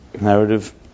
narrative